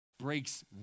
breaks